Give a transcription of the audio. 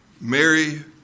Mary